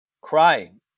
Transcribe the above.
crying